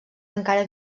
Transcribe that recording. encara